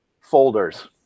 folders